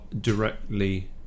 directly